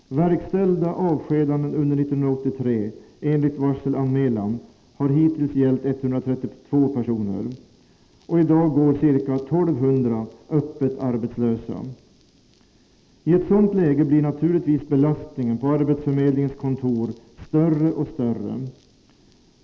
Verkställda avskedanden enligt varselanmälan har hittills under 1983 gällt 132 personer. I dag går ca 1 200 öppet arbetslösa. I ett sådant läge blir naturligtvis belastningen på arbetsförmedlingens kontor större och större.